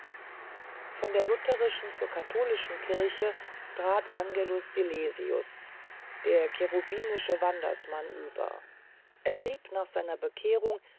von der lutherischen zur katholischen kirche trat angelus silesius der cherubinische wandersmann über er schrieb nach seiner bekehrung